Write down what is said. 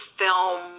film